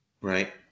Right